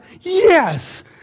Yes